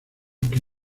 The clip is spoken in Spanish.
que